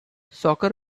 soccer